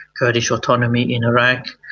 kurdish autonomy in iraq,